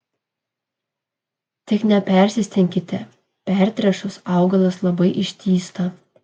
tik nepersistenkite pertręšus augalas labai ištįsta